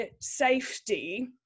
safety